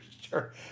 Sure